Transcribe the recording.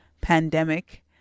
pandemic